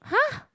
!huh!